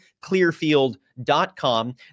clearfield.com